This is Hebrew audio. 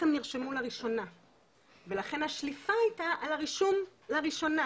הם נרשמו לראשונה ולכן השליפה הייתה על הרישום לראשונה.